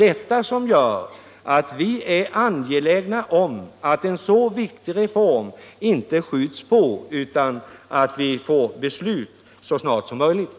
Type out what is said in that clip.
Detta gör att vi är angelägna om att en så viktig reform inte uppskjuts utan att beslut fattas så snart som möjligt.